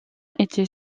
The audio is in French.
était